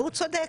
והוא צודק.